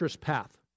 path